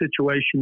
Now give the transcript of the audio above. situation